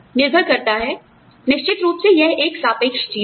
निर्भर करता है निश्चित रूप से यह एक सापेक्ष चीज है